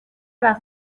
وقت